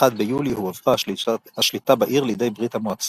ביולי הועברה השליטה בעיר לידי ברית המועצות.